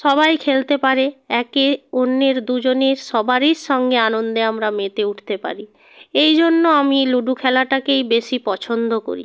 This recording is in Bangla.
সবাই খেলতে পারে একে অন্যের দুজনের সবারই সঙ্গে আনন্দে আমরা মেতে উঠতে পারি এই জন্য আমি এই লুডো খেলাটাকেই বেশি পছন্দ করি